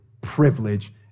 privilege